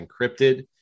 encrypted